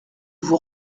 vous